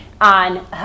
on